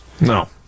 No